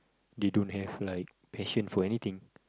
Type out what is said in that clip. they don't have like patience for anything